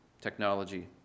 Technology